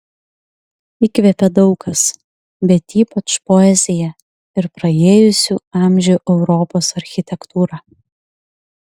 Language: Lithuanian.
įkvepia daug kas bet ypač poezija ir praėjusių amžių europos architektūra